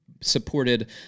supported